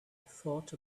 thought